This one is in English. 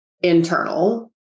internal